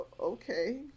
okay